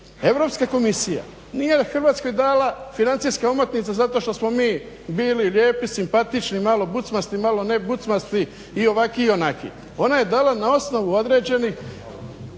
Europska komisija nije Hrvatskoj dala financijske omotnice zato što smo mi bili lijepi, simpatični, malo bucmasti, malo nebucmasti i ovaki i onaki. Ona je dala na osnovu određenih